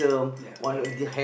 ya correct lah